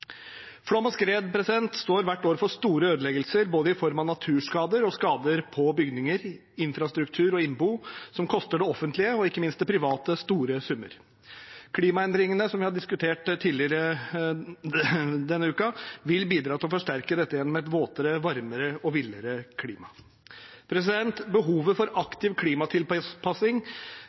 Flom og skred står hvert år for store ødeleggelser, i form av både naturskader og skader på bygninger, infrastruktur og innbo, som koster det offentlige, ikke minst det private, store summer. Klimaendringene, som vi har diskutert tidligere denne uken, vil bidra til å forsterke dette gjennom et våtere, varmere og villere klima. Behovet for aktiv